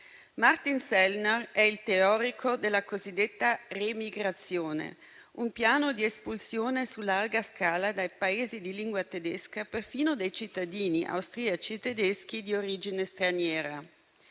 Martin Sellner è il teorico della cosiddetta remigrazione, un piano di espulsione su larga scala dai Paesi di lingua tedesca perfino dei cittadini austriaci tedeschi di origine straniera.